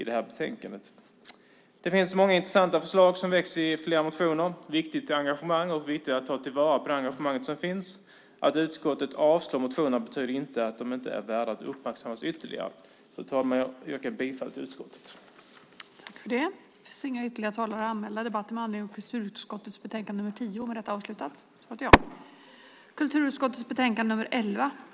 Det väcks många intressanta förslag i flera av motionerna. Det är viktigt med engagemang och viktigt att ta till vara det engagemang som finns. Att utskottet avstyrker motionerna betyder inte att de inte är värda att uppmärksammas ytterligare. Fru talman! Jag yrkar bifall till utskottets förslag.